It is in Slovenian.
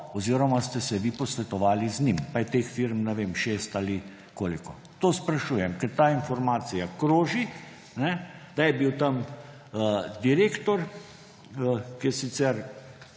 oziroma ste se vi posvetovali z njim, pa je teh firm, ne vem, 6 ali koliko. To sprašujem, ker ta informacija kroži, da je bil tam direktor, ki je sicer